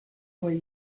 way